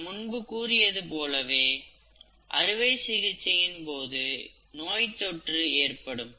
நான் முன்பு கூறியது போல அறுவை சிகிச்சையின் போது நோய்த்தொற்று ஏற்படும்